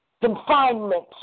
confinement